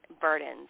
burdens